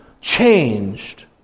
changed